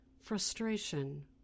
Frustration